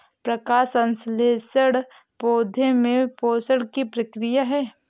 प्रकाश संश्लेषण पौधे में पोषण की प्रक्रिया है